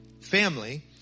family